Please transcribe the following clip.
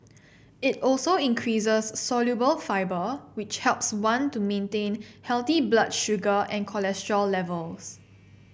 it also increases soluble fibre which helps one to maintain healthy blood sugar and cholesterol levels